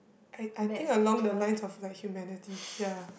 I I think along the lines of like humanities ya